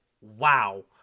wow